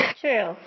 True